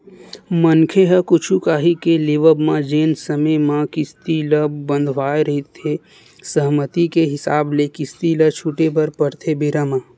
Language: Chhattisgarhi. मनखे ह कुछु काही के लेवब म जेन समे म किस्ती ल बंधवाय रहिथे सहमति के हिसाब ले किस्ती ल छूटे बर परथे बेरा म